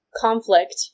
Conflict